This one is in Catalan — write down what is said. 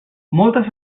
moltes